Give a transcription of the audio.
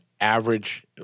average